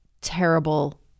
terrible